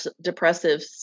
depressive